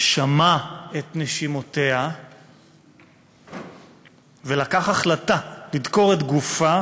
שמע את נשימותיה ולקח החלטה לדקור את גופה